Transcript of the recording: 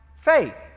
faith